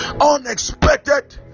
unexpected